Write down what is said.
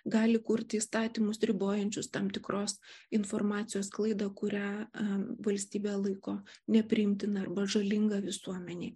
gali kurti įstatymus ribojančius tam tikros informacijos sklaidą kurią valstybė laiko nepriimtina arba žalinga visuomenei